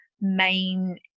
main